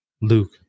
Luke